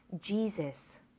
Jesus